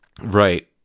right